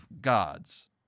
gods